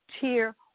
tier